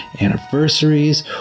anniversaries